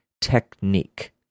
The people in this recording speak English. technique